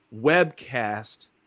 webcast